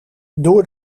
door